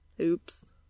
Oops